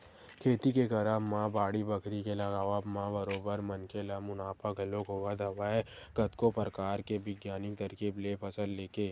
खेती के करब म बाड़ी बखरी के लगावब म बरोबर मनखे ल मुनाफा घलोक होवत हवय कतको परकार के बिग्यानिक तरकीब ले फसल लेके